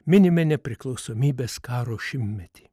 minime nepriklausomybės karo šimtmetį